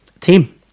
team